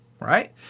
right